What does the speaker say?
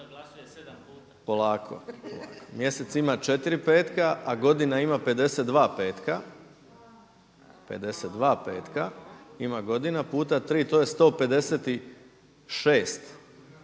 Polako, mjesec ima 4 petka a godina ima 52 petka puta 3 to je 156